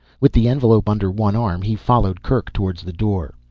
with the envelope under one arm he followed kerk towards the door.